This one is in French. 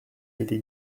été